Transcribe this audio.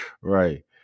Right